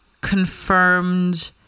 confirmed